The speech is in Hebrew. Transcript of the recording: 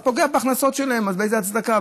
זה פוגע בהכנסות שלהם, אז באיזה הצדקה?